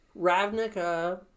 Ravnica